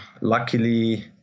Luckily